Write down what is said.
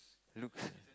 looks